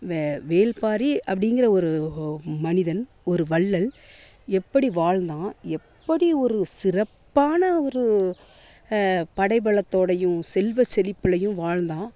வேள்பாரி அப்படிங்கிற ஒரு மனிதன் ஒரு வள்ளல் எப்படி வாழ்ந்தான் எப்படி ஒரு சிறப்பான ஒரு படை பலத்தோடயும் செல்வ செழிப்பிலையும் வாழ்ந்தான்